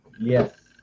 Yes